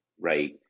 right